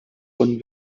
von